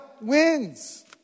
wins